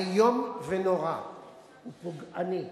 איום ונורא ופוגעני,